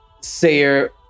sayer